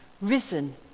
risen